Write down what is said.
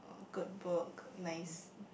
good book nice